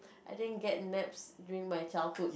I didn't get naps during my childhood